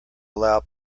allow